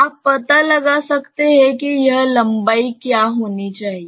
आप पता लगा सकते हैं कि यह लंबाई क्या होनी चाहिए